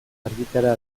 argitara